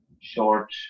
short